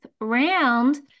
round